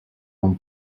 non